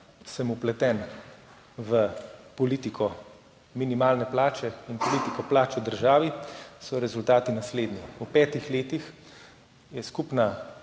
sem vpleten v politiko minimalne plače in politiko plač v državi, so rezultati naslednji. V petih letih je skupna